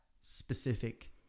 specific